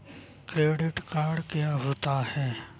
Credit card क्या होता है?